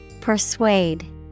Persuade